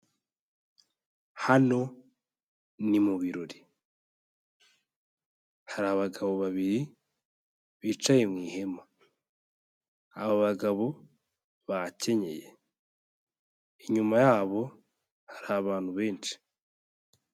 Hano ni mu birori, hari abagabo babiri bicaye mu ihema, aba bagabo bakenyeye, inyuma yabo hari abantu benshi.